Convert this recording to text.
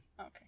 okay